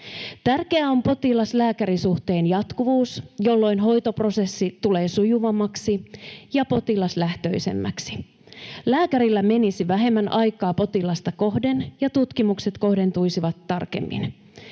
Tärkeää on potilas—lääkäri-suhteen jatkuvuus, jolloin hoitoprosessi tulee sujuvammaksi ja potilaslähtöisemmäksi. Lääkärillä menisi vähemmän aikaa potilasta kohden ja tutkimukset kohdentuisivat tarkemmin.